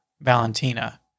Valentina